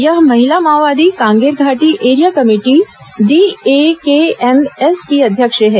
यह महिला माओवादी Kanger Ghati area committee DAKMS की अध्यक्ष है